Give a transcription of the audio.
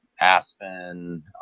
Aspen